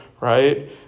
right